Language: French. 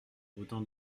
autant